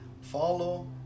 follow